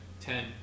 ten